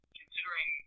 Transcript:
considering